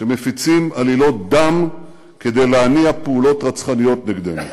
שמפיצים עלילות דם כדי להניע פעולות רצחניות נגדנו.